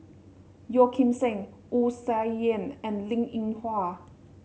Yeo Kim Seng Wu Tsai Yen and Linn In Hua